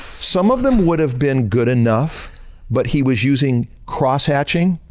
some of them would have been good enough but he was using cross-hatching.